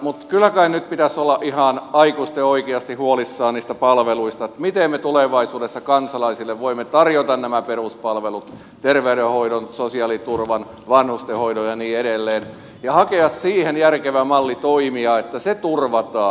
mutta kyllä kai nyt pitäisi olla ihan aikuisten oikeasti huolissaan niistä palveluista miten me tulevaisuudessa kansalaisille voimme tarjota nämä peruspalvelut terveydenhoidon sosiaaliturvan vanhustenhoidon ja niin edelleen ja hakea siihen järkevä malli toimia että ne turvataan